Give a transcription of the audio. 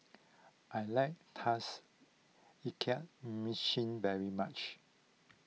I like Tauges Ikan Masin very much